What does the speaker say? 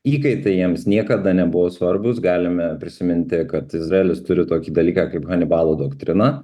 įkaitai jiems niekada nebuvo svarbūs galime prisiminti kad izraelis turi tokį dalyką kaip hanibalo doktrina